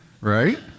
Right